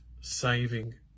saving